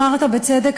אמרת בצדק,